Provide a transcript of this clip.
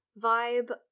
vibe